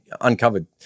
Uncovered